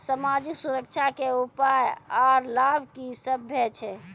समाजिक सुरक्षा के उपाय आर लाभ की सभ छै?